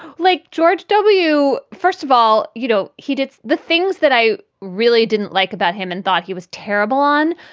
like george w. first of all, you know, he did the things that i really didn't like about him and thought he was terrible on.